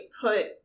put